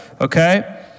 okay